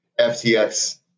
FTX